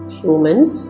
humans